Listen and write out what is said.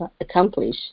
accomplish